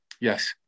Yes